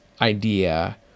idea